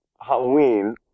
Halloween